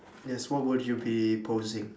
yes what would you be posing